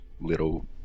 little